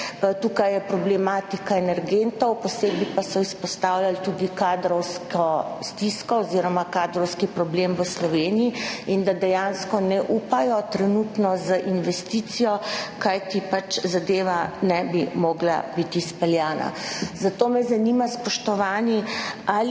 tukaj je problematika energentov – posebej pa so izpostavljali tudi kadrovsko stisko oziroma kadrovski problem v Sloveniji, dejansko trenutno ne upajo investirati, kajti zadeva ne bi mogla biti izpeljana. Zato me zanima, spoštovani: Ali